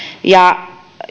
ja